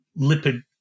lipid